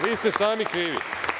Vi ste sami krivi.